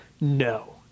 No